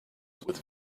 with